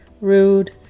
rude